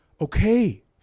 okay